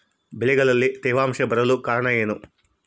ಬೆಳೆಗಳಲ್ಲಿ ತೇವಾಂಶ ಬರಲು ಕಾರಣ ಏನು?